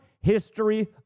history